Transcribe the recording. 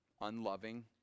unloving